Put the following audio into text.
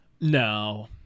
No